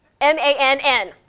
m-a-n-n